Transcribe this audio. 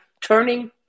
turning